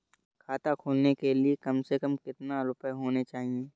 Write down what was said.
खाता खोलने के लिए कम से कम कितना रूपए होने चाहिए?